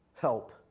help